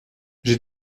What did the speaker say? j’ai